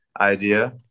idea